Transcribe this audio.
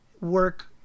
work